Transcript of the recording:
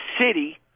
city